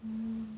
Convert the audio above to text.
mm